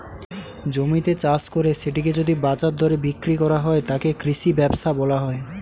জমিতে চাষ করে সেটিকে যদি বাজার দরে বিক্রি করা হয়, তাকে কৃষি ব্যবসা বলা হয়